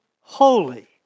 holy